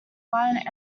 hawaiian